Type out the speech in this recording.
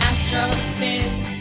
Astrophys